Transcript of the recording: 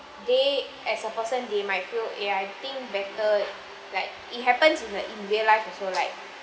they as a person they might feel eh I think better like it happens in the in real life also like